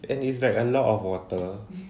and it's like a lot of water